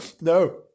no